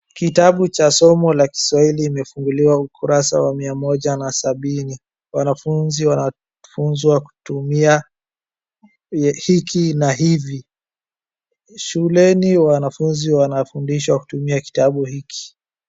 Kitabu cha somo la kiswahili imefunguliwa ukurasa wa mia moja na sabini. Wanafunzi wanafunzwa kutumia hiki na hivi, shuleni wanafunzi wanafundishwa kutumia kitabu hiki.